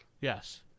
Yes